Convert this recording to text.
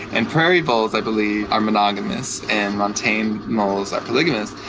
and prairie voles, i believe, are monogamous and montane voles are polygamous,